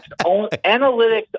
analytics